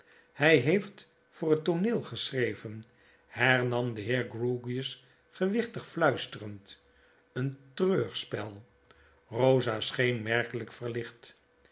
hy heeft voor het tooneel geschreven hernam de beer grewgious gewichtig fluisterend een treurspel eosa scheen merkelijk verlicht